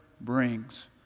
brings